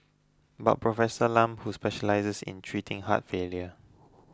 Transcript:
but Professor Lam who specialises in treating heart failure